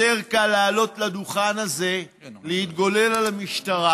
יותר קל לעלות לדוכן הזה, להתגולל על המשטרה,